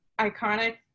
iconic